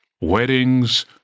weddings